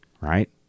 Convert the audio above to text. right